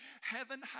Heaven